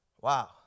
Wow